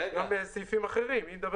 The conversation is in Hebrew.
אם העבירה הזאת נעברת באחד,